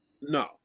no